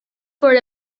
for